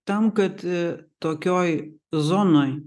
tam kad tokioj zonoj